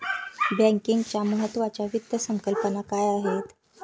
बँकिंगच्या महत्त्वाच्या वित्त संकल्पना काय आहेत?